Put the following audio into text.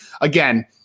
again